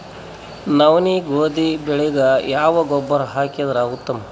ನವನಿ, ಗೋಧಿ ಬೆಳಿಗ ಯಾವ ಗೊಬ್ಬರ ಹಾಕಿದರ ಉತ್ತಮ?